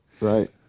right